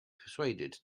persuaded